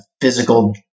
physical